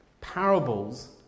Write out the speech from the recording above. Parables